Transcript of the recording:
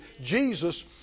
Jesus